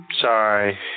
Sorry